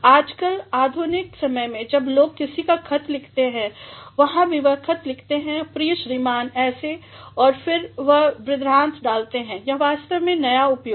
आजकल आधुनिक समय में जब लोग किसी को खत लिखते हैं वहां भी वह लिखते हैं प्रिय श्रीमान ऐसे और फिर वह बृहदान्त्र डालते हैं यह वास्तव में नया उपयोग है